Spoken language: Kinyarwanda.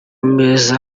meza